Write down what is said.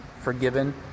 forgiven